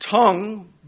tongue